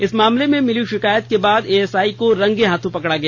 इस मामले में मिली शिकायत के बाद एएसआई को रंगे हाथ पकड़ा गया